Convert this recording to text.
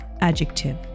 adjective